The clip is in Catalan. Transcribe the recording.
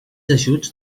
ajuts